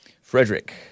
Frederick